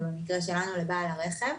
ובמקרה שלנו לבעל הרכב,